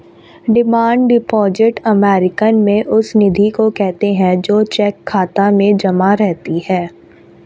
demand deposit American में उस निधि को कहते हैं जो चेक खाता में जमा रहती है